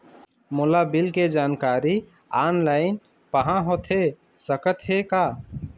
मोला बिल के जानकारी ऑनलाइन पाहां होथे सकत हे का?